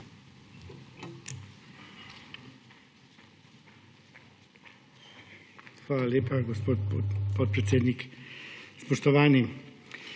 Hvala lepa, gospod podpredsednik. Spoštovani!